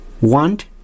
Want